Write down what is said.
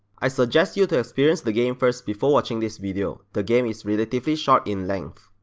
i suggest you to experience the game first before watching this video, the game is relatively short in length.